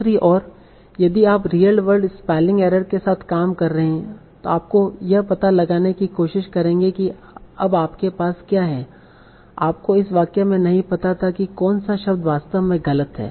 दूसरी ओर यदि आप रियल वर्ड स्पेलिंग एरर के साथ काम कर रहे हैं आप यह पता लगाने की कोशिश करेंगे कि अब आपके पास क्या है आपको इस वाक्य में नहीं पता था कि कौन सा शब्द वास्तव में गलत है